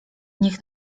niech